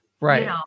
Right